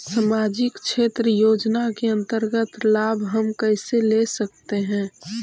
समाजिक क्षेत्र योजना के अंतर्गत लाभ हम कैसे ले सकतें हैं?